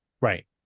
right